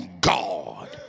God